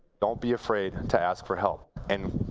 don't be afraid and to ask for help. and,